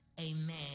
Amen